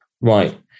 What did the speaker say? right